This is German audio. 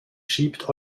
schiebt